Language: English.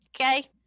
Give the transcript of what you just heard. okay